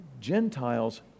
Gentiles